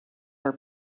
are